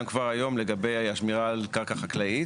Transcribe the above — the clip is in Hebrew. כבר היום לגבי השמירה על קרקע חקלאית,